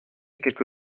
quelque